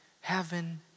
heaven